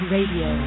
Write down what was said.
Radio